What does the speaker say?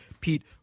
Pete